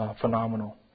phenomenal